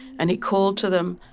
and he called to them,